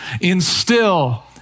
instill